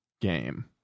game